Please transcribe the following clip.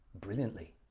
brilliantly